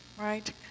right